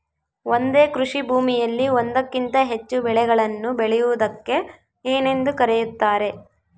ಒಂದೇ ಕೃಷಿಭೂಮಿಯಲ್ಲಿ ಒಂದಕ್ಕಿಂತ ಹೆಚ್ಚು ಬೆಳೆಗಳನ್ನು ಬೆಳೆಯುವುದಕ್ಕೆ ಏನೆಂದು ಕರೆಯುತ್ತಾರೆ?